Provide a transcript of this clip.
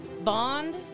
bond